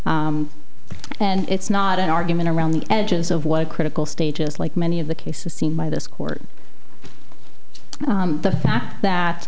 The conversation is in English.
and it's not an argument around the edges of what critical stages like many of the cases seen by this court the fact that